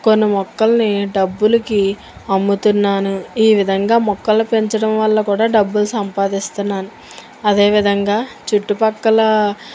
కొన్ని మొక్కలని డబ్బులకి అమ్ముతున్నాను ఈ విధంగా మొక్కలు పెంచడం వల్ల కూడా డబ్బులు సంపాదిస్తున్నాను అదేవిధంగా చుట్టుపక్కల